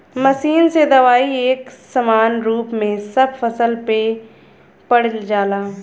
machine से दवाई एक समान रूप में सब फसल पे पड़ जाला